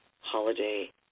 holiday